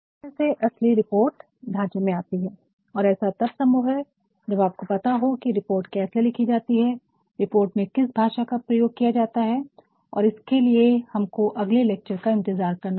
तो इस तरह से असली रिपोर्ट ढांचे में आती है और ऐसा तब संभव है जब आपको पता हो कि रिपोर्ट कैसे लिखी जाती है रिपोर्ट में किस भाषा का प्रयोग किया जाता है और इसके लिए हम को अगले लेक्चर का इंतजार करना होगा